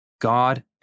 God